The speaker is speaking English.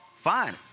fine